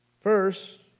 First